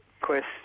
quest